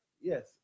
Yes